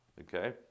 Okay